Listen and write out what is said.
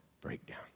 breakdown